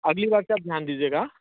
अगली बार से आप ध्यान दीजिएगा